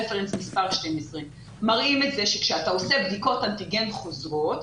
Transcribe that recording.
רפרנס מספר 12. מראים שכאשר אתה עושה בדיקות אנטיגן חוזרות,